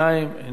איננו,